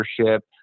ownership